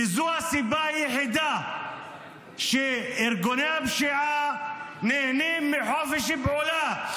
וזו הסיבה היחידה שארגוני הפשיעה נהנים מחופש פעולה.